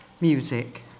Music